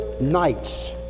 nights